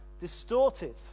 distorted